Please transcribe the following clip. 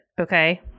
okay